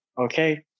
Okay